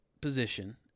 position